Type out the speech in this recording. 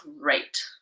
great